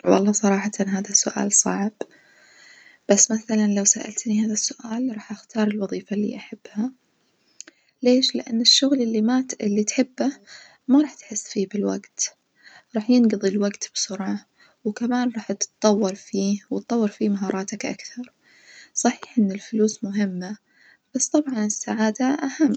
والله صراحة هذا سؤال صعب بس مثلًا لو سألتني هذا السؤال راح أختار الوظيفة اللي أحبها، ليش؟ لأن الشغل اللي ما ت اللي تحبه ما راح تحس فيه بالوجت راح ينقظي الوجت بسرعة، وكمان راح تتطو فيه وتطور فيه مهاراتك أكثر، صحيح إن الفلوس مهمة بس طبعًا السعادة أهم.